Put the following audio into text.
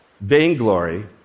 Vainglory